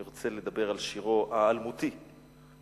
ארצה לדבר על שירו האלמותי של